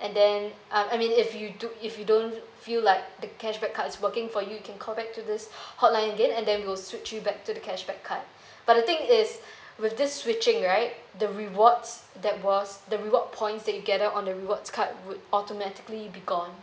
and then uh I mean if you do if you don't feel like the cashback card is working for you you can call back to this hotline again and then we'll switch you back to the cashback card but the thing is with this switching right the rewards that was the reward points that you gather on the rewards card would automatically be gone